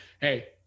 hey